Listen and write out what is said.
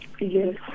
Yes